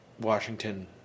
Washington